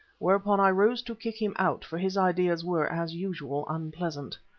whereupon i rose to kick him out, for his ideas were, as usual, unpleasant.